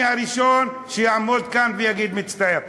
אני הראשון שיעמוד כאן ויגיד: מצטער.